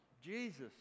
Jesus